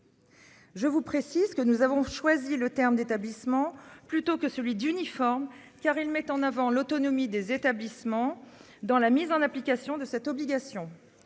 Je vous précise que nous avons choisi le terme d'établissements plutôt que celui d'uniforme car ils mettent en avant l'autonomie des établissements, dans la mise en application de cette obligation,